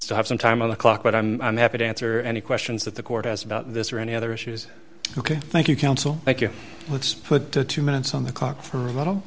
so have some time on the clock but i'm happy to answer any questions that the court has about this or any other issues ok thank you counsel thank you let's put two minutes on the clock for a little